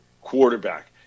quarterback